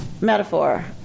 metaphor